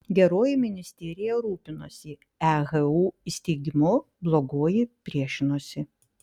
geroji ministerija rūpinosi ehu įsteigimu blogoji priešinosi